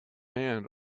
hand